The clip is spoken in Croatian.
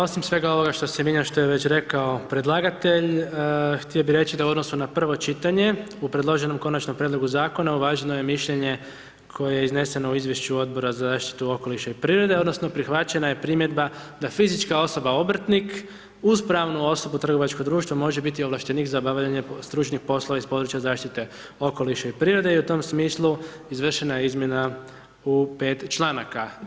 Osim svega ovog što se mijenja, što je već rekao predlagatelj, htio bi reći da u odnosu na prvo čitanje u predloženom konačnom prijedlogu zakona, uvaženo je mišljenje koje je izneseno u izvješću Odbora za zaštitu okoliša i prirode odnosno prihvaćena je primjedba da fizička osoba obrtnik uz pravnu osobu trgovačko društvo, može biti ovlaštenik za obavljanje stručnih poslova iz područja zaštite okoliša i prirode i u tom smislu, izvršena je izmjena u 5 članaka.